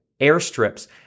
airstrips